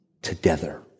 together